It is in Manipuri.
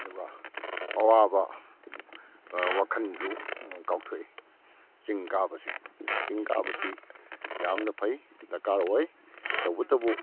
ꯑꯗꯨꯒ ꯑꯋꯥꯕ ꯋꯥꯈꯟꯁꯨ ꯀꯥꯎꯊꯣꯛꯏ ꯆꯤꯡ ꯀꯥꯕꯁꯦ ꯆꯤꯡ ꯀꯥꯕꯁꯤ ꯌꯥꯝꯅ ꯐꯩ ꯗꯔꯀꯥꯔ ꯑꯣꯏ ꯇꯧꯕꯇꯕꯨ